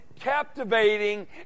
captivating